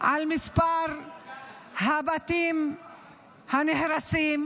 על מספר הבתים הנהרסים,